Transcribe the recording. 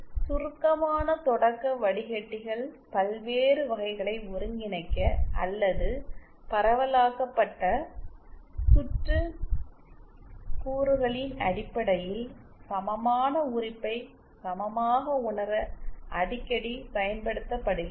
எனவே சுருக்கமான தொடக்க வடிகட்டிகள் பல்வேறு வகைகளை ஒருங்கிணைக்க அல்லது பரவலாக்கப்பட்ட சுற்று கூறுகளின் அடிப்படையில் சமமான உறுப்பை சமமாக உணர அடிக்கடி பயன்படுத்தப்படுகின்றன